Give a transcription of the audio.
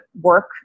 work